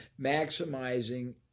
maximizing